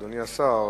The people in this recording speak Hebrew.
אדוני השר,